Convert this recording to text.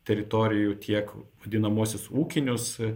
teritorijų tiek vadinamuosius ūkinius